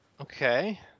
Okay